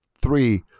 three